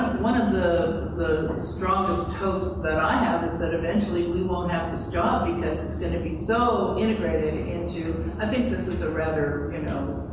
one of the the strongest hopes that i have is that eventually we won't have this job because it's going to be so integrated into i think this is a rather, you know,